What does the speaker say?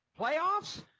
playoffs